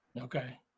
okay